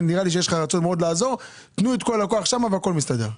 ונראה לי שיש לך רצון מאוד לעזור תנו את כל הכוח שם והכול מסתדר.